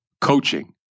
coaching